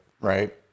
right